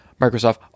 Microsoft